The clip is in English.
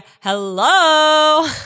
hello